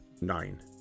Nine